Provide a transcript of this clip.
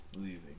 leaving